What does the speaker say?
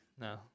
No